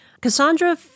Cassandra